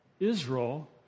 Israel